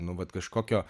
nu vat kažkokio